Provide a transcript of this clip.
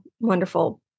wonderful